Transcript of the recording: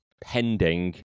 pending